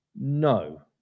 No